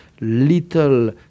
little